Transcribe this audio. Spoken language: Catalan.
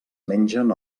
mengen